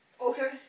Okay